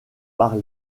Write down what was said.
par